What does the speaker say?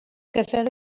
gyfer